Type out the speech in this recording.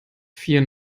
vier